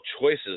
choices